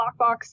lockbox